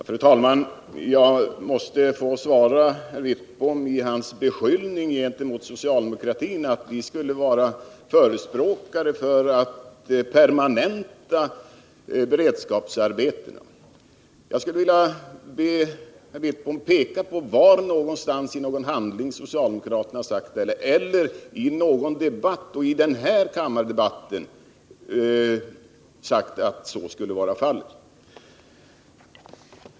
Fru talman! Bengt Wittbom skyller oss socialdemokrater för att vara förespråkare för ett system med permanenta beredskapsarbeten. Jag skulle vilja be Bengt Wittbom att tala om i vilken handling eller i vilken debatt, inkl. denna kammardebatt, som vi har sagt det.